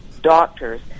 doctors